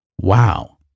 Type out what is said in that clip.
Wow